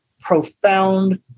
profound